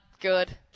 good